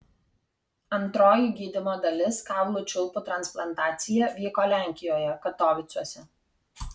antroji gydymo dalis kaulų čiulpų transplantacija vyko lenkijoje katovicuose